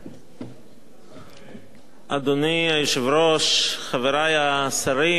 אדוני היושב-ראש, חברי השרים וחברי הכנסת,